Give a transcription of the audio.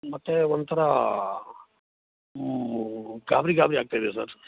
ಮತ್ತೆ ಒಂಥರ ಗಾಬರಿ ಗಾಬರಿ ಆಗ್ತಾ ಇದೆ ಸರ್